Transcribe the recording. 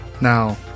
Now